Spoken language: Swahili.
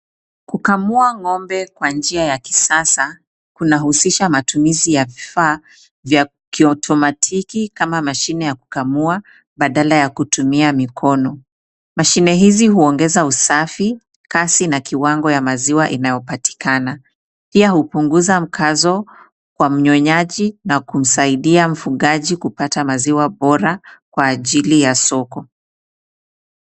Kukamua ng'ombe kwa njia ya kisasa, kuna husisha matumizi ya vifaa vya kiotomatiki kama mashine ya kukamua, badala ya kutumia mikono. Mashine hizi huongeza usafi, kasi, na kiwango ya maziwa inayopatikana. Pia hupunguza mkazo kwa mnyonyaji na kumsaidia mfugaji kupata maziwa bora kwa ajili ya soko.